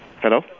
hello